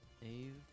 Dave